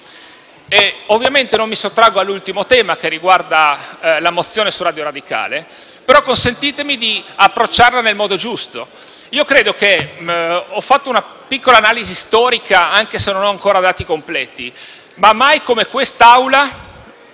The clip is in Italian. invertire. Non mi sottraggo all'ultimo tema, che riguarda la mozione su Radio Radicale, però consentitemi di approcciarlo nel modo giusto. Ho fatto una piccola analisi storica, anche se non ho ancora dati completi. Mai come in questa Aula